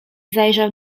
zajrzał